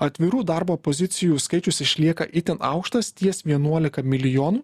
atvirų darbo pozicijų skaičius išlieka itin aukštas ties vienuolika milijonų